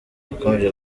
nakomeje